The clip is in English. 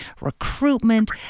recruitment